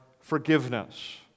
forgiveness